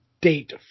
date